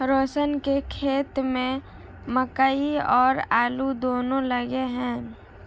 रोशन के खेत में मकई और आलू दोनो लगे हैं